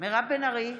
מירב בן ארי,